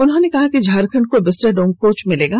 उन्होंने कहा कि झारखंड को विस्टाडोम कोच मिलेगा